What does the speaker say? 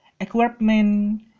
equipment